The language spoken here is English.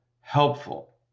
helpful